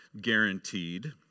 guaranteed